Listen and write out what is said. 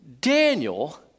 Daniel